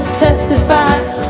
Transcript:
testify